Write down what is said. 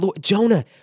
Jonah